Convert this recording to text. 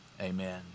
amen